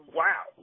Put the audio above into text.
wow